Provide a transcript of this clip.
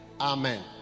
amen